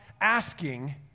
asking